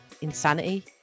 insanity